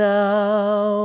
now